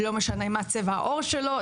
לא משנה מה צבע העור שלו,